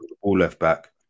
all-left-back